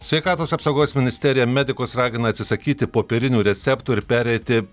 sveikatos apsaugos ministerija medikus ragina atsisakyti popierinių receptų ir pereiti